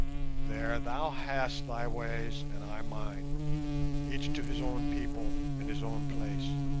there! thou hast thy ways, and i mine each to his own people and his own place.